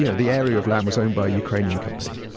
you know the area of land was owned by a ukrainian company.